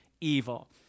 evil